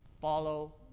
follow